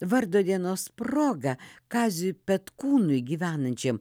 vardo dienos proga kaziui petkūnui gyvenančiam